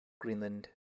greenland